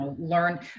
learn